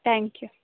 thank you